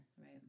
Right